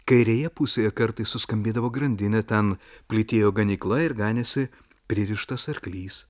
kairėje pusėje kartais suskambėdavo grandinė ten plytėjo ganykla ir ganėsi pririštas arklys